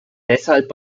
deshalb